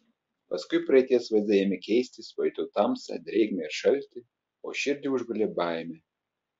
paskui praeities vaizdai ėmė keistis pajutau tamsą drėgmę ir šaltį o širdį užgulė baimė